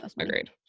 Agreed